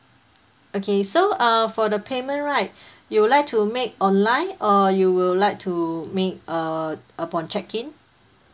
okay so err for the payment right you would like to make online or you will like to make err upon check in